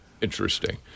interesting